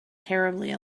terribly